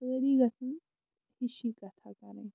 سٲری گژھن ہِشی کَتھا کَرٕنۍ